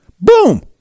boom